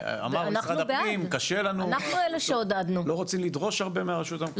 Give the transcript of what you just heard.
אמר משרד הפנים לא רוצים לדרוש הרבה ממשרד הפנים.